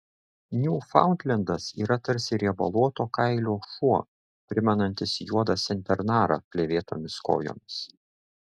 niūfaundlendas yra tarsi riebaluoto kailio šuo primenantis juodą senbernarą plėvėtomis kojomis